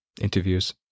Interviews